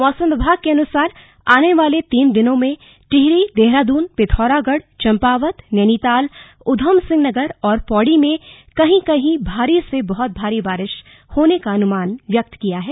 मौसम विभाग के अनुसार आने वाले तीन दिनों में टिहरी देहराद्रन पिथौरागढ़ चम्पावत नैनीताल उधमसिंह नगर और पौड़ी में कहीं कहीं भारी से बहुत भारी बारिश होने का अनुमान व्यक्त किया है